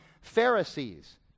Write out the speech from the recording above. Pharisees